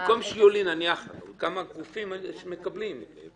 כמה גופים מקבלים?